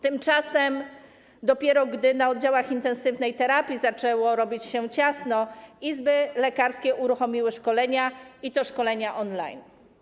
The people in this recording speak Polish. Tymczasem dopiero gdy na oddziałach intensywnej terapii zaczęło robić się ciasno, izby lekarskie uruchomiły szkolenia i to szkolenia on-line.